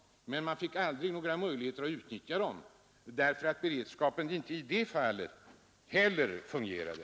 Man fick emellertid aldrig några möjligheter att utnyttja dem därför att beredskapen inte heller i det fallet fungerade.